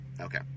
Okay